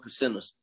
percenters